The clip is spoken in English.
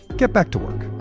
get back to work